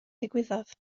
ddigwyddodd